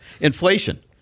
Inflation